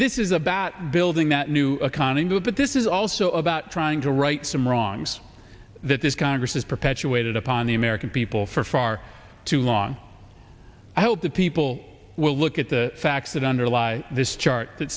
this is about building that new economy but this is also about trying to write some wrongs that this congress has perpetuated upon the american people for far too long i hope that people will look at the facts that underlie this chart that